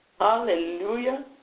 Hallelujah